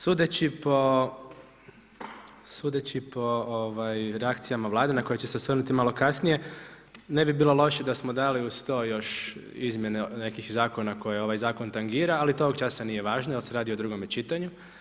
Sudeći po reakcijama Vlade na koje ću se osvrnuti malo kasnije, ne bi bilo loše da smo dali uz to još izmjene nekih zakona koje ovaj zakon tangira ali to ovog časa nije važno jer se radi o drugome čitanju.